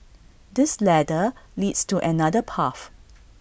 this ladder leads to another path